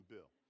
Bill